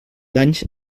danys